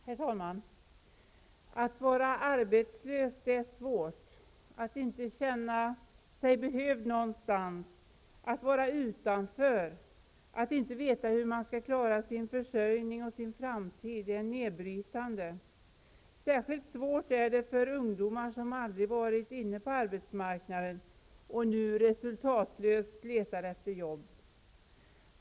Herr talman! Att vara arbetslös är svårt. Att inte känna sig behövd någonstans, att vara utanför, att inte veta hur man skall klara sin försörjning och sin framtid är nedbrytande. Särskilt svårt är det för ungdomar som aldrig har varit inne på arbetsmarknaden och som nu resultatlöst letar efter jobb.